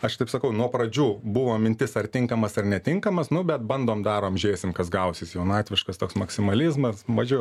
aš taip sakau nuo pradžių buvo mintis ar tinkamas ar netinkamas nu bet bandom darom žiūrėsim kas gausis jaunatviškas toks maksimalizmas mažiau